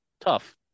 tough